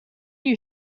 you